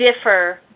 differ